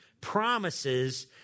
promises